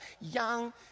young